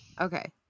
Okay